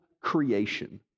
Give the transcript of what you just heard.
creation